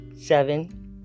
seven